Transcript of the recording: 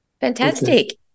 Fantastic